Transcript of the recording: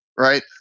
Right